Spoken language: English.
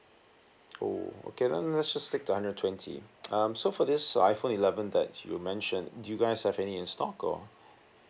oh okay no no let's just stick to hundred and twenty um so for this iphone eleven that you mention do you guys have any in stock or